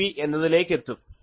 5dB എന്നതിലേക്ക് എത്തും